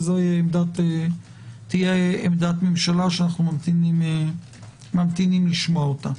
זו תהיה עמדת ממשלה שאנו ממתינים לשמוע אותה.